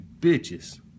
bitches